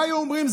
מה היו אומרים?